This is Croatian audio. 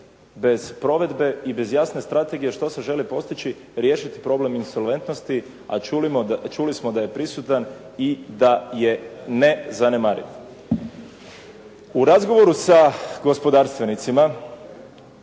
bez provedbe i bez jasne strategije što se želi postići riješiti problem insolventnosti, a čuli smo da je prisutan i da je nezanemariv. U razgovoru sa gospodarstvenicima,